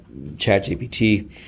ChatGPT